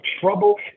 trouble